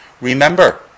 Remember